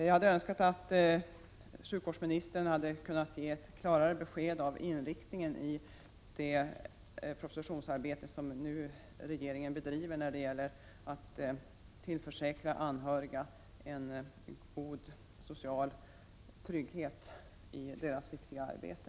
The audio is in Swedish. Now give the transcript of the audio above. Jag hade önskat att sjukvårdsministern hade kunnat ge ett klarare besked om inriktningen för det propositionsarbete som regeringen bedriver för att tillförsäkra anhörigvårdare en god social trygghet i deras viktiga arbete.